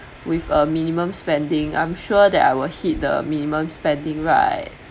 with a minimum spending I'm sure that I will hit the minimum spending right